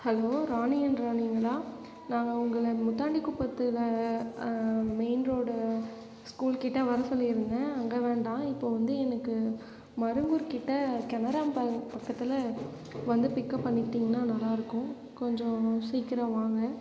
hello Rani and ராணீங்களா நாங்கள் உங்களை முத்தாண்டிக் குப்பத்தில் மெயின் ரோடு ஸ்கூல்கிட்ட வர சொல்லிருந்தேன் அங்கே வேண்டாம் இப்போது வந்து எனக்கு மருங்கூர்கிட்ட கனரா பேங்க் பக்கத்தில் வந்து பிக்கப் பண்ணிக்கிட்டீங்கன்னால் நல்லா இருக்கும் கொஞ்சம் சீக்கிரம் வாங்க